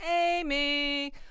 Amy